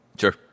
Sure